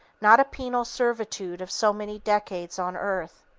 not a penal servitude of so many decades on earth.